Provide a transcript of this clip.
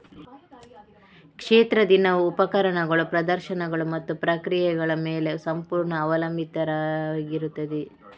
ಕ್ಷೇತ್ರ ದಿನವು ಉಪಕರಣಗಳು, ಪ್ರದರ್ಶನಗಳು ಮತ್ತು ಪ್ರಕ್ರಿಯೆಗಳ ಮೇಲೆ ಸಂಪೂರ್ಣ ಅವಲಂಬಿತವಾಗಿರುತ್ತದೆ